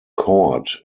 cord